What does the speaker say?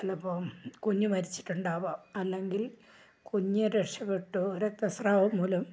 ചിലപ്പം കുഞ്ഞ് മരിച്ചിട്ടുണ്ടാവാം അല്ലെങ്കിൽ കുഞ്ഞ് രക്ഷപ്പെട്ടു രക്തസ്രാവം മൂലം